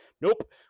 nope